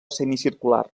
semicircular